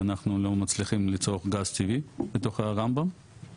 ואנחנו לא מצליחים לצרוך גז טבעי בתוך רמב"ם.